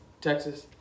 Texas